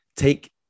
take